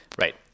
right